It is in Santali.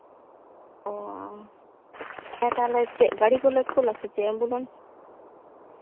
ᱚ ᱦᱮᱸ ᱛᱟᱦᱚᱞᱮ ᱜᱟᱹᱲᱤ ᱠᱚᱞᱮ ᱠᱩᱞ ᱟᱥᱮ ᱪᱮᱫ ᱮᱢᱵᱩᱞᱮᱱᱥ